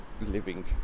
living